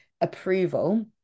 approval